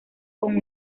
con